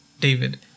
David